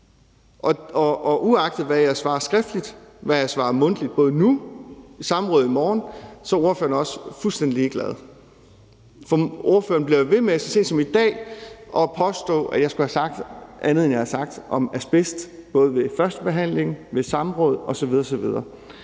Uagtet hvad jeg svarer skriftligt, og hvad jeg svarer mundtligt både nu og ved samrådet i morgen, så er ordføreren også fuldstændig ligeglad; for ordføreren bliver ved med – så sent som i dag – at påstå at jeg skulle have sagt andet, end jeg har sagt, om asbest, både ved førstebehandlingen, ved samråd osv. osv.